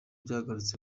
yagarutse